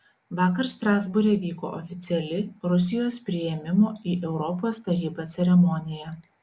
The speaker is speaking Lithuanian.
vakar strasbūre vyko oficiali rusijos priėmimo į europos tarybą ceremonija